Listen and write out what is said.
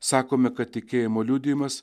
sakome kad tikėjimo liudijimas